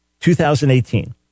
2018